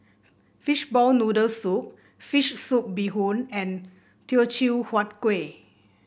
Fishball Noodle Soup fish soup Bee Hoon and Teochew Huat Kuih